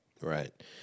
Right